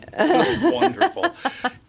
Wonderful